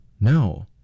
No